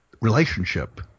relationship